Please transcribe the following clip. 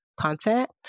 content